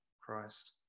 Christ